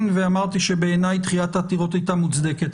ואמרתי שבעיניי דחיית העתירות הייתה מוצדקת.